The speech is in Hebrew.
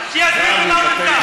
שיגיד במה הוא נפגע.